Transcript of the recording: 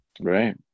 Right